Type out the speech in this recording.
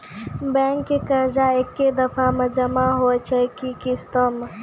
Bank के कर्जा ऐकै दफ़ा मे जमा होय छै कि किस्तो मे?